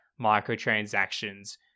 microtransactions